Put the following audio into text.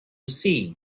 see